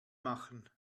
machen